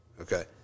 Okay